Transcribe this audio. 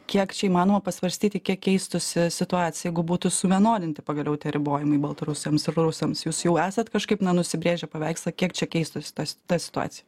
kiek čia įmanoma pasvarstyti kiek keistųsi situacija jeigu būtų suvienodinti pagaliau tie ribojimai baltarusiams ir rusams jūs jau esat kažkaip na nusibrėžę paveikslą kiek čia keistųsi tas ta situacija